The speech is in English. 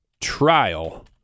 trial